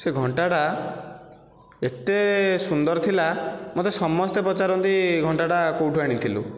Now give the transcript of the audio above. ସେ ଘଣ୍ଟାଟା ଏତେ ସୁନ୍ଦର ଥିଲା ମୋତେ ସମସ୍ତେ ପଚାରନ୍ତି ଘଣ୍ଟାଟା କେଉଁଠୁ ଆଣିଥିଲୁ